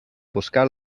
buscar